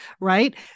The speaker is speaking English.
right